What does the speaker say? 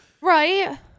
Right